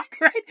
right